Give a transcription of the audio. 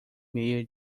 meia